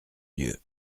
dieu